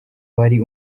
wari